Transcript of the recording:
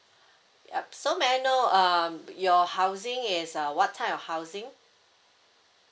yup so may I know um your housing is uh what type of housing